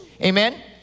Amen